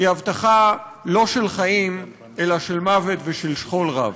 היא הבטחה לא של חיים אלא של מוות ושל שכול רב.